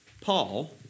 Paul